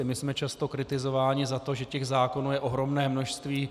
My jsme často kritizováni za to, že těch zákonů je ohromné množství.